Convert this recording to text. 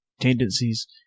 tendencies